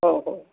हो हो